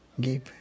give